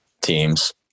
teams